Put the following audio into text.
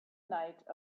night